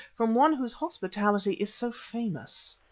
from one whose hospitality is so famous.